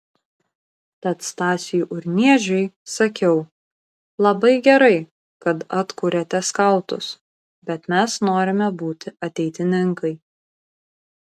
tad stasiui urniežiui sakiau labai gerai kad atkuriate skautus bet mes norime būti ateitininkai